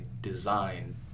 design